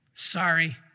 Sorry